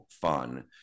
fun